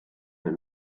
nel